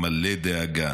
מלא דאגה